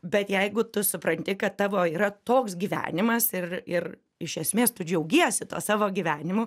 bet jeigu tu supranti kad tavo yra toks gyvenimas ir ir iš esmės tu džiaugiesi tuo savo gyvenimu